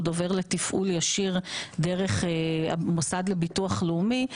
עובר לתפעול ישיר דרך המוסד לביטוח לאומי,